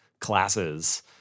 classes